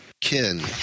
Ken